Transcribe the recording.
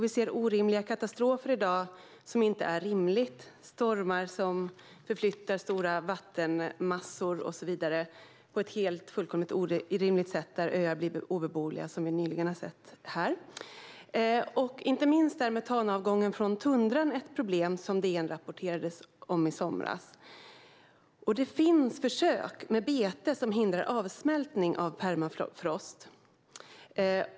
Vi ser i dag katastrofer med stormar som förflyttar stora vattenmassor och så vidare på ett fullkomligt orimligt sätt där öar blir obeboeliga, som vi nyligen har sett. Inte minst är metanavgången från tundran ett problem som DN rapporterade om i somras. Det finns försök med bete som hindrar avsmältning av permafrost.